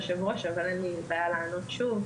אבל אין לי בעיה לענות שוב: